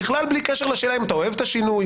בכלל בלי קשר לשאלה אם אתה אוהב את השינוי,